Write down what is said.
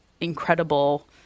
incredible